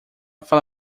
fala